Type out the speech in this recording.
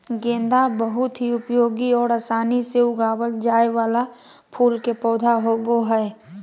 गेंदा बहुत ही उपयोगी और आसानी से उगावल जाय वाला फूल के पौधा होबो हइ